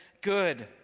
good